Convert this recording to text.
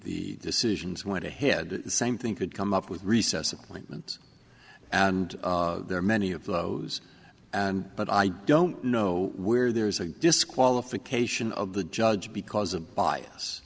the decisions went ahead the same thing could come up with a recess appointment and there are many of those and but i don't know where there's a disqualification of the judge because of bias